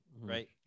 right